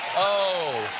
oh,